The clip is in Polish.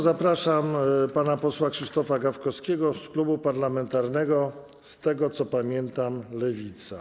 Zapraszam pana posła Krzysztofa Gawkowskiego z klubu parlamentarnego, jak pamiętam, Lewica.